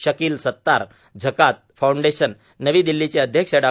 Shakeel Sattar Zakat foundation नवी दिल्लीचे अध्यक्ष डॉ